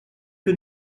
que